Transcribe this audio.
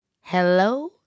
Hello